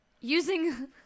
using